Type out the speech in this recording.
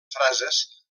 frases